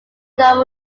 novel